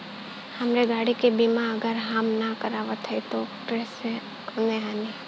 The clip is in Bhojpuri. हमरे गाड़ी क बीमा अगर हम ना करावत हई त ओकर से कवनों हानि?